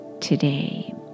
today